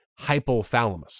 hypothalamus